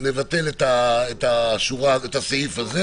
מציע שנבטל את הסעיף הזה.